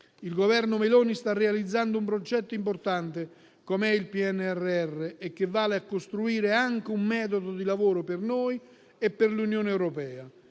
Il Governo Meloni sta realizzando un progetto importante come il PNRR, che vale a costruire anche un metodo di lavoro per noi e per l'Unione europea.